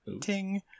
Ting